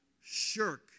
shirk